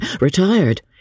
retired